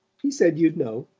he said you'd know.